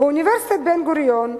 באוניברסיטת בן-גוריון,